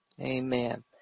amen